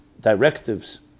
directives